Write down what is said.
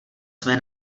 své